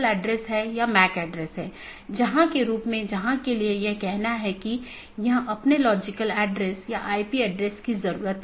अगर हम BGP घटकों को देखते हैं तो हम देखते हैं कि क्या यह ऑटॉनमस सिस्टम AS1 AS2 इत्यादि हैं